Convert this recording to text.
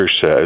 says